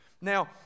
now